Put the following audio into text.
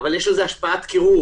אבל יש לזה השפעת קירור.